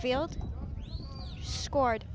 field scored